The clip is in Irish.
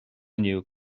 inniu